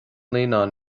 naíonán